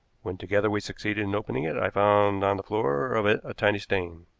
when together we succeeded in opening it i found on the floor of it a tiny stain.